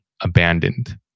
abandoned